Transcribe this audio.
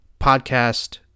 podcast